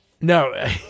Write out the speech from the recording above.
No